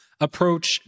approach